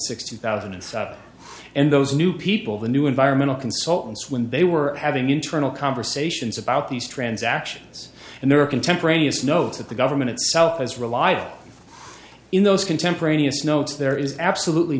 six two thousand and seven and those new people the new environmental consultants when they were having internal conversations about these transactions and there are contemporaneous notes that the government itself as reliable in those contemporaneous notes there is absolutely